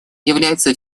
является